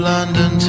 London